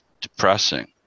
depressing